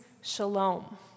shalom